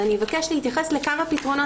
ואני אבקש להתייחס לכמה פתרונות,